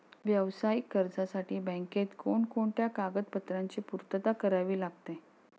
व्यावसायिक कर्जासाठी बँकेत कोणकोणत्या कागदपत्रांची पूर्तता करावी लागते?